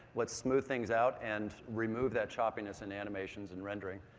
let's smooth things out and remove that choppiness and animations and rendering.